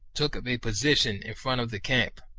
took up a position in front of the camp.